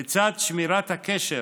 לצד שמירת הקשר